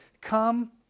Come